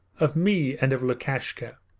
of me, and of lukashka?